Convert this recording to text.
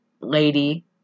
lady